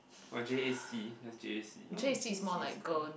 or J A C just J A C oh J A C is cool